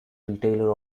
retailer